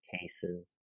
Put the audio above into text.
cases